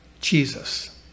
jesus